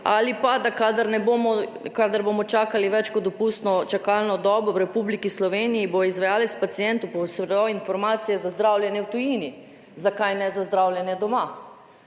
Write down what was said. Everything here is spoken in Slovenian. Ali pa, kadar bomo čakali več kot dopustno čakalno dobo v Republiki Sloveniji, bo izvajalec pacientu posredoval informacije za zdravljenje v tujini. Zakaj ne za zdravljenje doma?